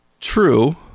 True